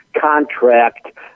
contract